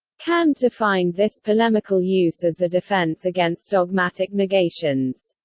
kant defined this polemical use as the defense against dogmatic negations.